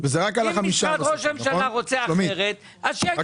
אם משרד ראש הממשלה רוצה אחרת אז שיגידו.